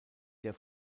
der